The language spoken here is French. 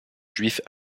juifs